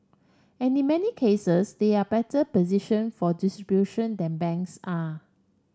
and in many cases they are better position for distribution than banks are